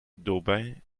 d’aubaine